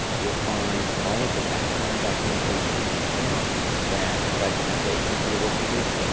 you'll find all of the background documentation in detail that provides the foundation for the working group.